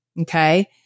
Okay